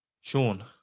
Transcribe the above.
Sean